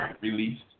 released